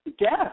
Yes